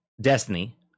Destiny